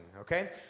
okay